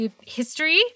history